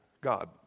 God